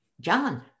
John